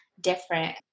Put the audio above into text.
different